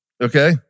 okay